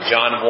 John